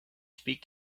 speak